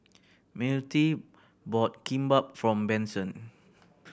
Myrtie bought Kimbap for Benson